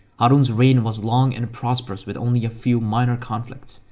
harun's reign was long and prosperous with only a few minor conflicts.